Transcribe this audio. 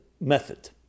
method